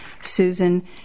Susan